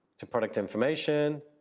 to product information.